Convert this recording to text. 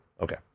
Okay